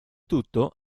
tutto